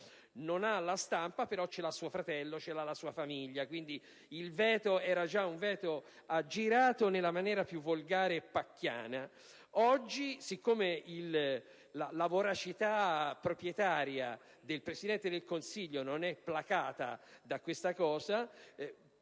non ha la stampa, ma ce l'ha suo fratello, la sua famiglia. Quindi, il veto era già aggirato nella maniera più volgare e pacchiana. Oggi, poiché la voracità proprietaria del Presidente del Consiglio non è placata da questo,